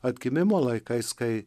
atgimimo laikais kai